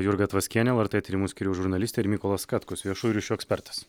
jurga tvaskienė lrt tyrimų skyriaus žurnalistė ir mykolas katkus viešųjų ryšių ekspertas